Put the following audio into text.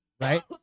Right